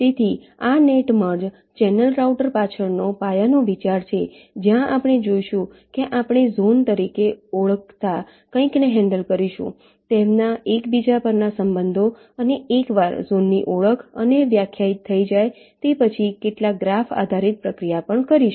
તેથી આ net merge channel router પાછળનો પાયાનો વિચાર છે જ્યાં આપણે જોઈશું કે આપણે ઝોન તરીકે ઓળખાતા કંઈકને હેન્ડલ કરીશું તેમના એકબીજા પરના સંબંધો અને એક વાર ઝોનની ઓળખ અને વ્યાખ્યાયિત થઈ જાય તે પછી કેટલાક ગ્રાફ આધારિત પ્રક્રિયા પણ કરીશું